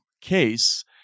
case